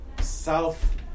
south